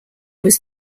was